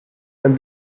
and